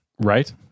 Right